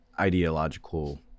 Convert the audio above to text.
ideological